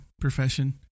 profession